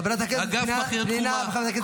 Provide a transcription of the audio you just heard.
אגף בכיר תקומה,